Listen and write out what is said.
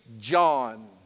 John